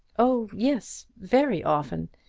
oh yes, very often.